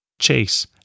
Chase